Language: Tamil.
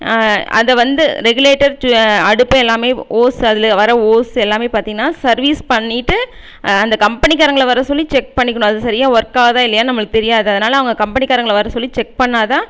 அதை வந்து ரெகுலேட்டர் சு அடுப்பு எல்லாமே ஓஸ் அதில் வர ஓஸ் எல்லாமே பார்த்திங்கனா சர்வீஸ் பண்ணிவிட்டு அந்த கம்பெனிக்காரங்களை வர சொல்லி செக் பண்ணிக்கணும் அது சரியாக ஒர்க்காகுதா இல்லையான்னு நம்மளுக்கு தெரியாது அதனால் அவங்க கம்பெனிக்கரவங்களை வர சொல்லி செக் பண்ணா தான்